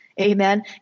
Amen